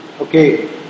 Okay